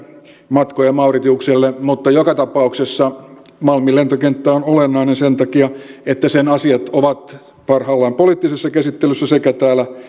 matkoja mauritiukselle mutta joka tapauksessa malmin lentokenttä on olennainen sen takia että sen asiat ovat parhaillaan poliittisessa käsittelyssä sekä täällä